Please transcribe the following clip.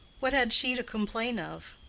what had she to complain of?